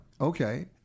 Okay